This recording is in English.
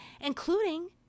Including